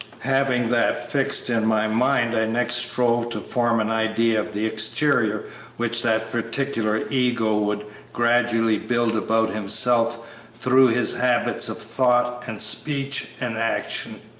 having that fixed in my mind i next strove to form an idea of the exterior which that particular ego would gradually build about himself through his habits of thought and speech and action.